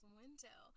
window